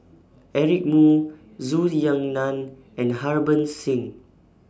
Eric Moo Zhou Ying NAN and Harbans Singh